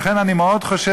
לכן אני מאוד חושש,